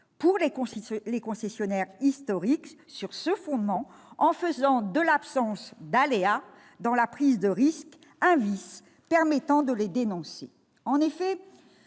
pour les concessionnaires historiques -sur ce fondement, en faisant de l'absence d'aléa dans la prise de risque un vice permettant de les dénoncer. En effet,